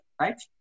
right